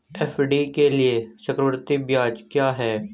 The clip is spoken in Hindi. एफ.डी के लिए चक्रवृद्धि ब्याज क्या है?